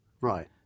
right